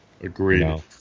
Agreed